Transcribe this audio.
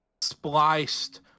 Spliced